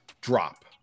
drop